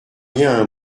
rien